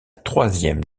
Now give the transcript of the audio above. troisième